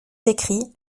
écrits